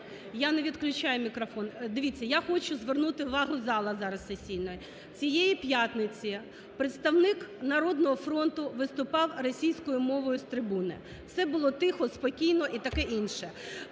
Я не відключаю мікрофон. Дивіться, я хочу звернути увагу зала зараз сесійного. Цієї п'ятниці представник "Народного фронту" виступав російською мовою з трибуни. Все було тихо, спокійно і таке інше.